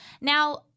Now